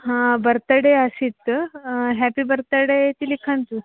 हा बर्तडे आसीत् happy birthday इति लिखन्तु